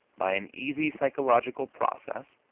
by an easy psychological process,